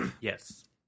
yes